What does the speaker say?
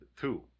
two